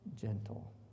gentle